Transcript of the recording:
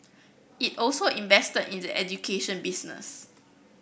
it also invested in the education business